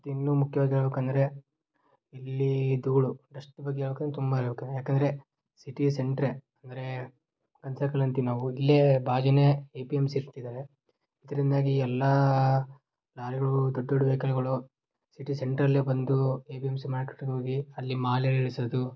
ಮತ್ತು ಇನ್ನೂ ಮುಖ್ಯವಾಗಿ ಹೇಳ್ಬೇಕಂದ್ರೆ ಇಲ್ಲಿ ಧೂಳು ಡಸ್ಟ್ ಬಗ್ಗೆ ಹೇಳ್ಬೇಕಂದ್ರ್ ತುಂಬ ಹೇಳ್ಬೇಕ್ ಏಕಂದ್ರೆ ಸಿಟಿಯ ಸೆಂಟ್ರೆ ಅಂದರೆ ಗನ್ ಸರ್ಕಲ್ ಅಂತೀವಿ ನಾವು ಇಲ್ಲೇ ಬಾಜುನೇ ಎ ಪಿ ಎಮ್ ಸಿ ಇರಿಸ್ತಿದಾರೆ ಇದರಿಂದಾಗಿ ಎಲ್ಲ ಲಾರಿಗಳು ದೊಡ್ಡ ದೊಡ್ಡ ವೆಹಿಕಲ್ಗಳು ಸಿಟಿ ಸೆಂಟ್ರಲ್ಲೇ ಬಂದು ಎ ಪಿ ಎಮ್ ಸಿ ಮಾರ್ಕೆಟಿಗೆ ಹೋಗಿ ಅಲ್ಲಿ ಮಾಲುಗಳ್ ಇಳ್ಸೋದು